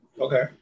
Okay